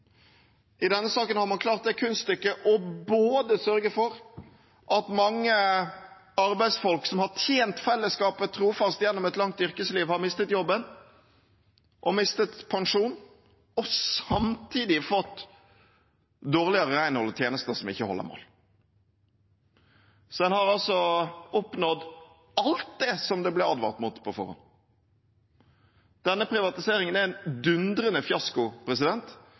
I denne saken har man klart det kunststykket både å sørge for at mange arbeidsfolk som har tjent fellesskapet trofast gjennom et langt yrkesliv, har mistet jobben og mistet pensjon, og samtidig fått dårligere renhold og tjenester som ikke holder mål. En har altså oppnådd alt det som det ble advart mot på forhånd. Denne privatiseringen er en dundrende